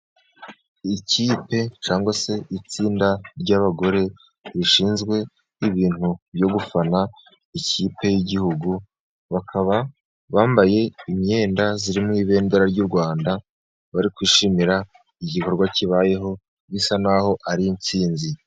Ikipe cyangwa se itsinda ry'abagore rishinzwe ibintu byo gufana ikipe y'igihugu, bakaba bambaye imyenda iri mu ibendera ry'u Rwanda, bari kwishimira igikorwa kibayeho, bisa n'aho ari insinzi.